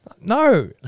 No